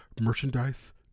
merchandise